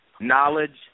knowledge